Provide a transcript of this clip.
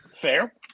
Fair